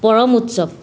পৰম উৎসৱ